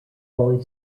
poly